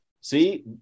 see